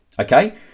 Okay